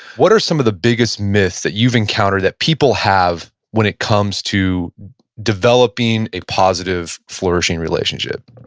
what are some of the biggest myths that you've encounter that people have when it comes to developing a positive, flourishing, relationship?